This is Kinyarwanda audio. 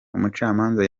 umucamanza